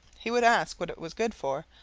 he would ask what it was good for,